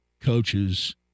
coaches